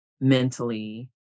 mentally